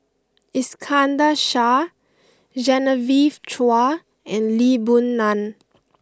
Iskandar Shah Genevieve Chua and Lee Boon Ngan